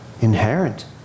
inherent